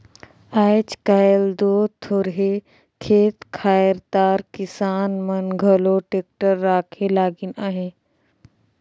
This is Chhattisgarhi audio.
आएज काएल दो थोरहे खेत खाएर दार किसान मन घलो टेक्टर राखे लगिन अहे